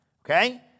Okay